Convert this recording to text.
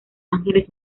ángeles